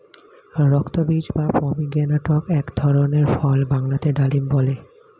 রক্তবীজ বা পমিগ্রেনেটক এক ধরনের ফল বাংলাতে ডালিম বলে